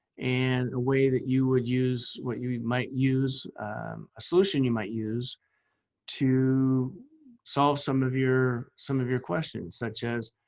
and a way that you would use what you might use a solution you might use to solve some of your some of your questions such as